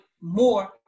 more